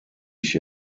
ich